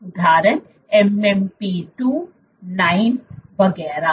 उदाहरण MMP 2 9 वगैरह